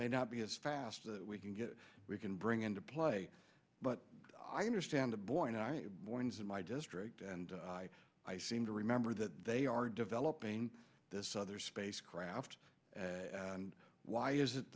may not be as fast as we can get we can bring into play but i understand the bourne mornings in my district and i seem to remember that they are developing this other spacecraft and why is it